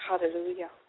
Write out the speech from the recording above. Hallelujah